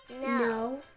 No